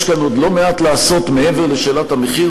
יש כאן עוד לא מעט לעשות מעבר לשאלת המחיר,